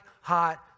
hot